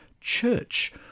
church